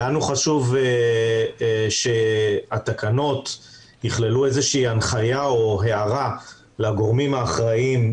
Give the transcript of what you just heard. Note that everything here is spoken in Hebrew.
לנו חשוב שהתקנות יכללו הנחיה או הערה לגורמים האחראים,